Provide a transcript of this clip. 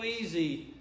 easy